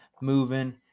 moving